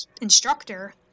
instructor